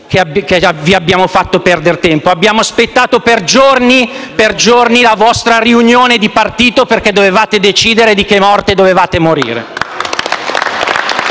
che vi abbiamo fatto perdere tempo: abbiamo aspettato per giorni la vostra riunione di partito, perché dovevate decidere di che morte dovevate morire!